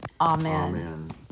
Amen